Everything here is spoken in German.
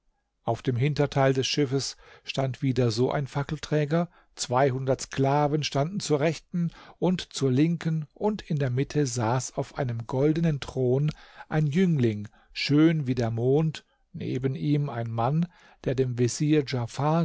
auf dem hinterteil des schiffs stand wieder so ein fackelträger zweihundert sklaven standen zur rechten und zur linken und in der mitte saß auf einem goldenen thron ein jüngling schön wie der mond neben ihm ein mann der dem vezier